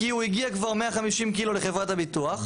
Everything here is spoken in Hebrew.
כי הוא הגיע כבר 150 קילו לחברת הביטוח.